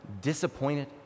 disappointed